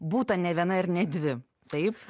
būta ne viena ir ne dvi taip